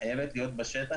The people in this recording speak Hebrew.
היא חייבת להיות בשטח,